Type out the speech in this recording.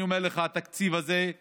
אני אומר לך שהתקציב הזה הוא